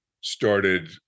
started